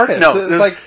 No